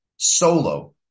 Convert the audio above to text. solo